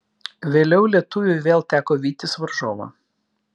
vėliau lietuviui vėl teko vytis varžovą